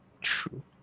True